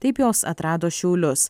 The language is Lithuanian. taip jos atrado šiaulius